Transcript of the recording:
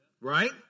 right